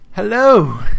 Hello